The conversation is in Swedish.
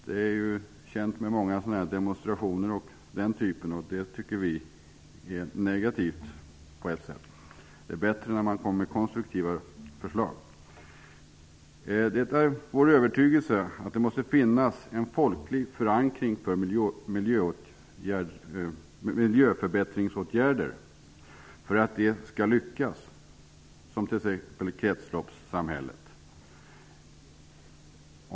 Det är känt att det förekommer många demonstrationer och liknande. Det tycker vi är negativt på ett sätt. Det är bättre att komma med konstruktiva förslag. Det är vår övertygelse att det måste finnas en folklig förankring för att miljöförbättringsåtgärder, t.ex. kretsloppssamhället, skall lyckas.